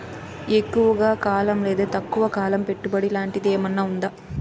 ఎక్కువగా కాలం లేదా తక్కువ కాలం పెట్టుబడి లాంటిది ఏమన్నా ఉందా